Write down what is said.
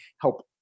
help